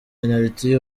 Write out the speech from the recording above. penaliti